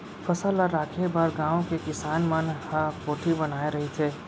फसल ल राखे बर गाँव के किसान मन ह कोठी बनाए रहिथे